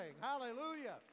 Hallelujah